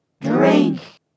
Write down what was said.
Drink